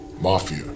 Mafia